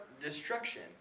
destruction